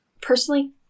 personally